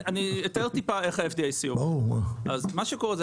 אני אתאר טיפה איך ה-FDIC עובד: מה שקורה זה